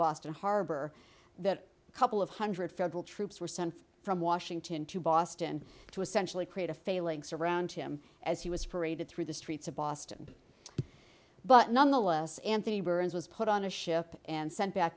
boston harbor that a couple of hundred federal troops were sent from washington to boston to essentially create a phalanx around him as he was paraded through the streets of boston but nonetheless anthony burns was put on a ship and sent back